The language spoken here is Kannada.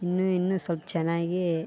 ಇನ್ನು ಇನ್ನು ಸ್ವಲ್ಪ್ ಚೆನ್ನಾಗಿ